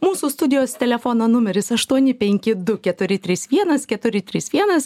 mūsų studijos telefono numeris aštuoni penki du keturi trys vienas keturi trys vienas